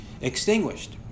extinguished